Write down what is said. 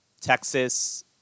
Texas